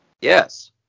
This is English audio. Yes